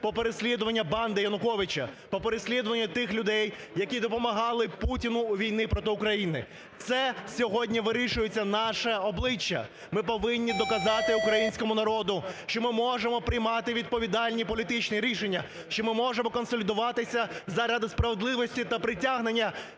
по переслідуванню банди Януковича, по переслідуванню тих людей, які допомагали Путіну у війні проти України. Це сьогодні вирішується наше обличчя. Ми повинні доказати українському народу, що ми можемо приймати відповідальні політичні рішення, що ми можемо консолідуватися заради справедливості та притягнення